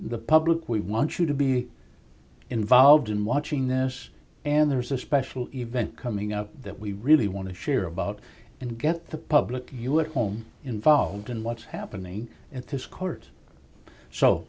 the public we want you to be involved in watching this and there's a special event coming up that we really want to share about and get the public you were home involved in what's happening at this court so